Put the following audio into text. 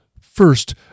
First